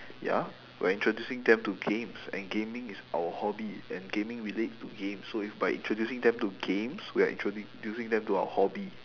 ya we're introducing them to games and gaming is our hobby and gaming relates to games so if by introducing them to games we are introducing them to our hobby